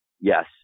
yes